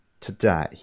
today